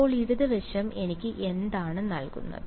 അപ്പോൾ ഇടത് വശം എനിക്ക് x′−ε എന്താണ് നൽകുന്നത്